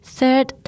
Third